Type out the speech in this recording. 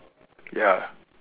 ya